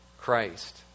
Christ